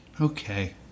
Okay